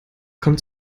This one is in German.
kommt